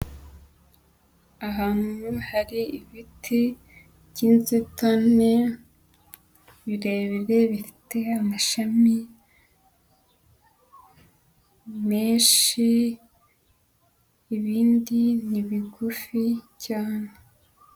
Ahantu hari ibiti, by'inzitane, birebire, bifite amashami, menshi, ibindi ni bigufi cyane.